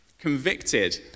convicted